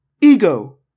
Ego